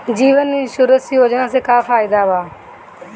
जीवन insurance योजना से का फायदा बा?